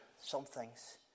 Something's